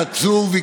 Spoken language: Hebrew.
אלעזר שטרן,